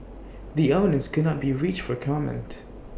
the owners could not be reached for comment